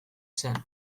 zen